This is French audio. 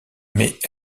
mais